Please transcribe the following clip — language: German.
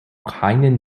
keinen